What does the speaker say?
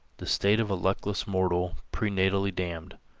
the state of a luckless mortal prenatally damned.